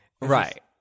right